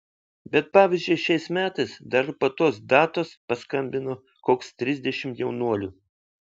bet pavyzdžiui šiais metais dar ir po tos datos paskambino koks trisdešimt jaunuolių